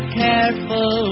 careful